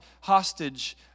hostage